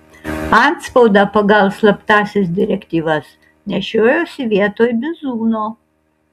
antspaudą pagal slaptąsias direktyvas nešiojosi vietoj bizūno